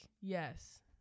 Yes